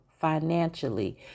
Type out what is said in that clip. financially